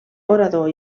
orador